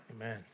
Amen